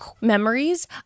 memories